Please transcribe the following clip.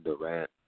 Durant